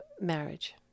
marriage